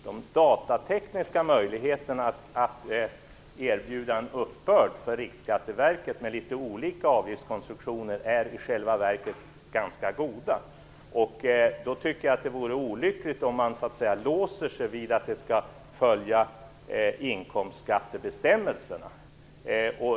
De datatekniska möjligheterna för Riksskatteverket att med litet olika avgiftskonstruktioner erbjuda uppbörd är i själva verket ganska goda. Då tycker jag att det vore litet olyckligt om man låser sig vid att följa inkomstskattebestämmelserna.